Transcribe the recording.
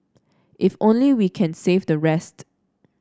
if only we can save the rest